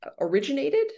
originated